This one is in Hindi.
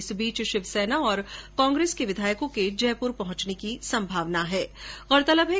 इस बीच शिव सेना और कांग्रेस के विधायकों के जयपुर पहुंचने की संभावना है